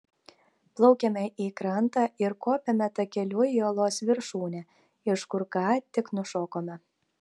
plaukiame į krantą ir kopiame takeliu į uolos viršūnę iš kur ką tik nušokome